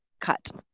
cut